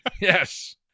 Yes